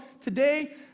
Today